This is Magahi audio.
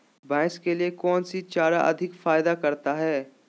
भैंस के लिए कौन सी चारा अधिक फायदा करता है?